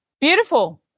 Beautiful